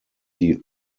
die